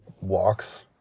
walks